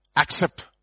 accept